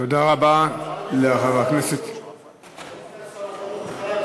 אדוני סגן שר החינוך,